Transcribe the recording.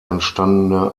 entstandene